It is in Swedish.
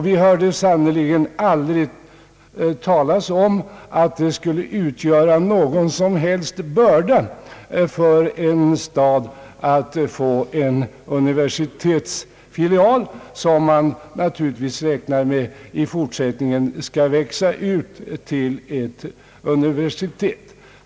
Vi hörde då sannerligen aldrig talas om att det skulle utgöra någon som helst börda för en stad att få en universitetsfilial, vilken man naturligtvis räknade med i framtiden skulle växa ut till ett universitet.